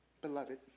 Beloved